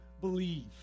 believe